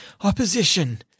opposition